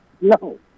No